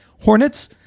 Hornets